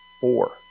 Four